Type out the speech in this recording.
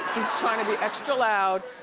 he's trying to be extra loud.